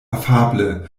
afable